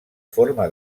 forma